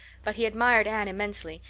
but he admired anne immensely,